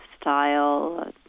style